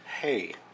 Hey